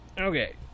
Okay